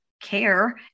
care